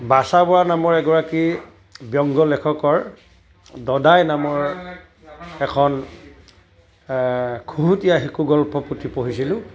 বৰা নামৰ এগৰাকী ব্যংগ লেখকৰ দদাই নামৰ এখন খুহুটীয়া শিশু গল্পপুথি পঢ়িছিলোঁ